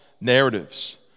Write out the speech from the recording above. narratives